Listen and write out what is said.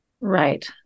Right